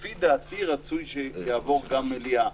לפי דעתי רצוי שתעבור גם מליאה.